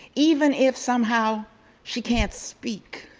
even if somehow she can't speak,